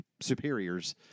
superiors